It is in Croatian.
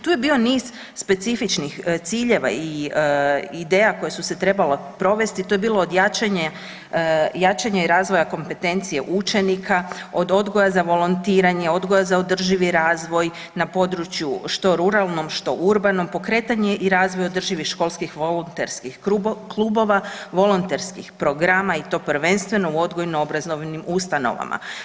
Tu je bio niz specifičnih ciljeva i ideja koje su se trebale provesti to je bilo od jačanja i razvoja kompetencija učenika, od odgoja za volontiranje, odgoja za održivi razvoj na području što ruralnom, što urbanom, pokretanje i razvoj održivih školskih volonterskih klubova, volonterskih programa i to prvenstveno u odgojno-obrazovnim ustanovama.